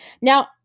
Now